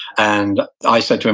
and i said to him,